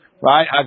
right